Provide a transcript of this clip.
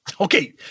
Okay